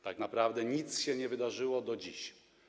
Tak naprawdę nic się nie wydarzyło do dziś.